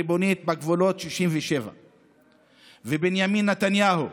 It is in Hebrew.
ריבונית, בגבולות 67'. ובנימין נתניהו,